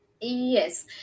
Yes